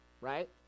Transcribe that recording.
right